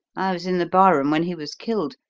i was in the bar-room when he was killed.